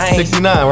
69